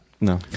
No